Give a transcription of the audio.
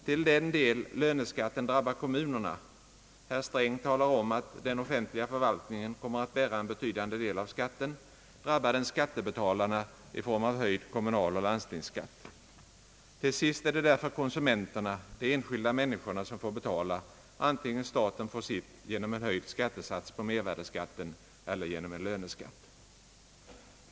Till den del löneskatten drabbar kommunerna — herr Sträng talar om att den offentliga förvaltningen kommer att bära en betydande del av skatten — drabbar den skattebetalarna i form av höjd kommunaloch landstingsskatt. Till sist är det därför konsumenterna, de enskilda människorna, som får betala — antingen staten får sitt genom en höjd skattesats för mervärdeskatten eller genom löneskatt.